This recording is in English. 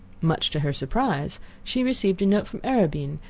much to her surprise she received a note from arobin,